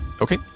Okay